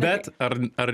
bet ar ar